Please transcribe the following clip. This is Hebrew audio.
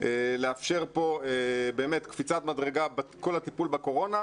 זה יאפשר קפיצת מדרגה בכל הטיפול בקורונה,